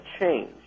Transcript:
change